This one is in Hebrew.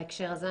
בהקשר הזה,